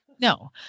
No